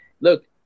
look